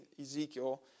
Ezekiel